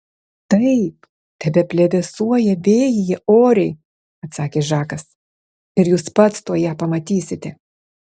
taip tebeplevėsuoja vėjyje oriai atsakė žakas ir jūs pats tuoj ją pamatysite